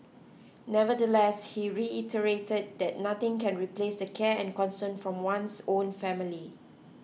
nevertheless he reiterated that nothing can replace the care and concern from one's own family